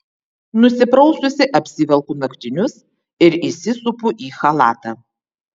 nusipraususi apsivelku naktinius ir įsisupu į chalatą